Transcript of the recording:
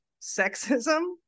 sexism